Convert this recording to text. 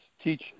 teach